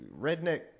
redneck